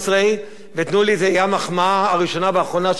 זו תהיה המחמאה הראשונה והאחרונה שאני מעניק לממשלה הזאת,